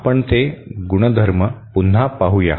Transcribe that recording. आपण ते गुणधर्म पुन्हा पाहूया